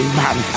man